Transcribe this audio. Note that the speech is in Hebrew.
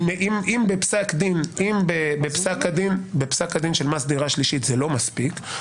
אם בפסק הדין של מס דירה שלישית זה לא מספיק,